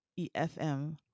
EFM